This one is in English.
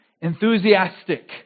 enthusiastic